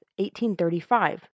1835